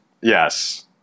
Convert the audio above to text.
Yes